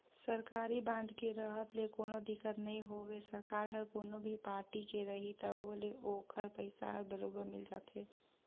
सरकारी बांड के रहत ले कोनो दिक्कत नई होवे सरकार हर कोनो भी पारटी के रही तभो ले ओखर पइसा हर बरोबर मिल जाथे